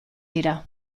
dira